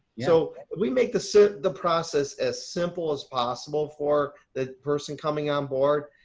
so we make the so the process as simple as possible for the person coming on board.